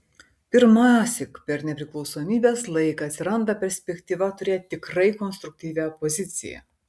pirmąsyk per nepriklausomybės laiką atsiranda perspektyva turėti tikrai konstruktyvią opoziciją